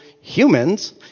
humans